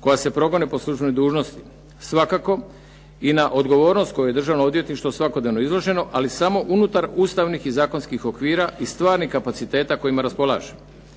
koja se progone po službenoj dužnosti. Svakako i na odgovornost kojoj je Državno odvjetništvo svakodnevno izloženo, ali samo unutar Ustavnih i zakonskih okvira i stvarnih kapaciteta kojima raspolaže.